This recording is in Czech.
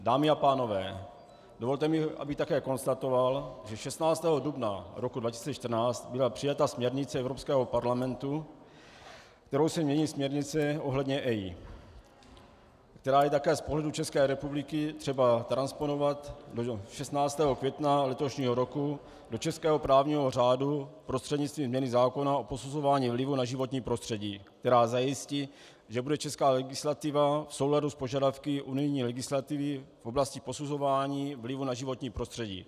Dámy a pánové, dovolte mi, abych také konstatoval, že 16. dubna 2014 byla přijata směrnice Evropského parlamentu, kterou se mění směrnice ohledně EIA, kterou je také z pohledu České republiky třeba transponovat do 16. května letošního roku do českého právního řádu prostřednictvím změny zákona o posuzování vlivu na životní prostředí, která zajistí, že bude česká legislativa v souladu s požadavku unijní legislativy v oblasti posuzování vlivu na životní prostředí.